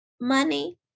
money